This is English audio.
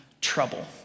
trouble